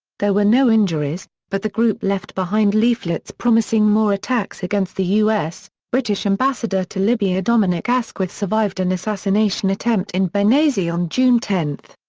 there were no injuries, but the group left behind leaflets promising more attacks against the u s. british ambassador to libya dominic asquith survived an assassination attempt in benghazi on june ten.